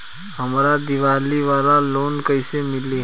हमरा दीवाली वाला लोन कईसे मिली?